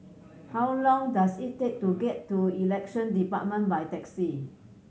how long does it take to get to Elections Department by taxi